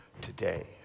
today